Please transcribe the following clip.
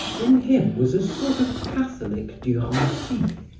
in him was a sort of catholic duranty,